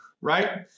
right